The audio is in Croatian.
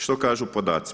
Što kažu podaci?